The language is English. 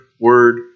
word